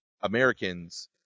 Americans